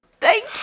Thank